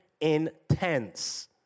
intense